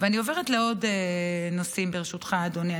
אני עוברת לעוד נושאים, ברשותך, אדוני.